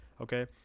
Okay